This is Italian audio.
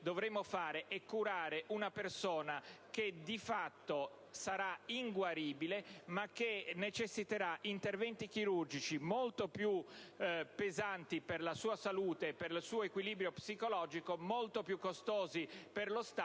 dovremo fare è curare una persona che, di fatto, sarà inguaribile, ma che necessiterà interventi chirurgici molto più pesanti per la sua salute e per il suo equilibrio psicologico, molto più costosi per lo Stato